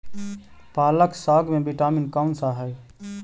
पालक साग में विटामिन कौन सा है?